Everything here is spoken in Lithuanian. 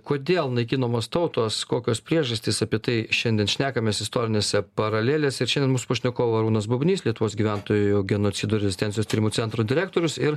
kodėl naikinamos tautos kokios priežastys apie tai šiandien šnekamės istorinėse paralelėse ir šiandien mūsų pašnekovai arūnas bubnys lietuvos gyventojų genocido rezistencijos tyrimų centro direktorius ir